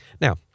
Now